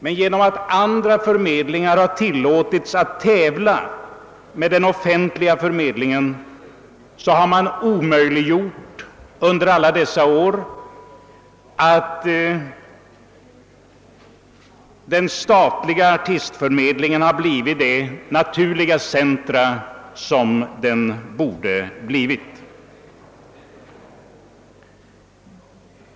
Men genom att andra förmedlingar har tillåtits att tävla med den offentliga förmedlingen, har man under alla dessa år omöjliggjort för den statliga artistförmedlingen att bli det naturliga centrum som den borde ha blivit.